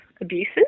abuses